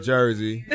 Jersey